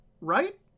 right